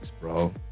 bro